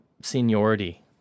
seniority